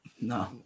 No